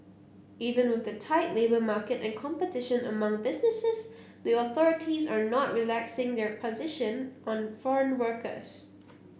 even with the tight labour market and competition among businesses the authorities are not relaxing their position on foreign workers